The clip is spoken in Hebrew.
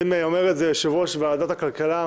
אם אומר זאת יושב-ראש ועדת הכלכלה,